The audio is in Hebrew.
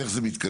איך זה מתקדם?